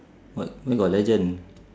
but where got legend